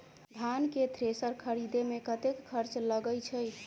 धान केँ थ्रेसर खरीदे मे कतेक खर्च लगय छैय?